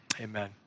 amen